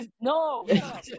No